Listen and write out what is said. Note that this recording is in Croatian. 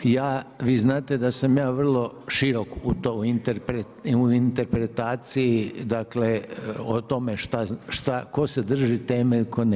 Vi znate da sam ja vrlo širok u interpretaciji, dakle o tome šta, tko se drži teme, tko ne.